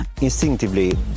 Instinctively